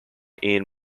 ian